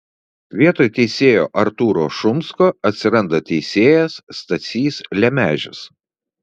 vietoj teisėjo artūro šumsko atsiranda teisėjas stasys lemežis